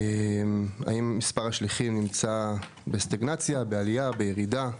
האם מספר השליחים נמצא בסטגנציה, בעלייה, בירידה?